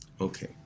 Okay